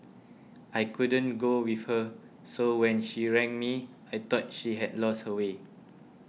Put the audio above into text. I couldn't go with her so when she rang me I thought she had lost her way